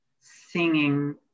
singing